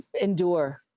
endure